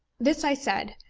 this i said,